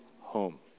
home